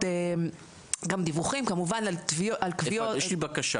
גם דיווחים כמובן על קביעות --- אפרת יש לי בקשה,